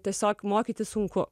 tiesiog mokytis sunku